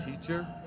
teacher